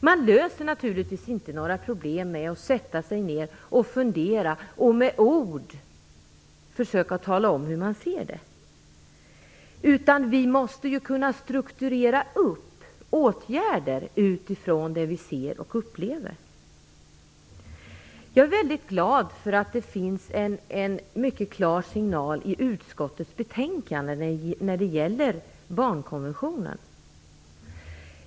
Man löser naturligtvis inte några problem genom att sätta sig ned och fundera och med ord försöka tala om hur man ser det, utan vi måste kunna strukturera upp åtgärder utifrån det som vi ser och upplever. Jag är mycket glad över att det finns en mycket klar signal i utskottets betänkande när det gäller barnkonventionen.